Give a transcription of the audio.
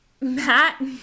Matt